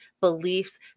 beliefs